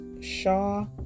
Shaw